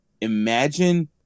Imagine